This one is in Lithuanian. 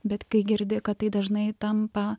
bet kai girdi kad tai dažnai tampa